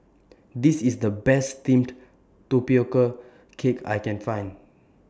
This IS The Best Steamed Tapioca Cake I Can Find